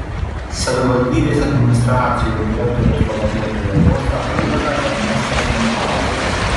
savivaldybės administracijos direktoriaus pavaduotojo postą palieka ernestas mončauskas